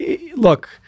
look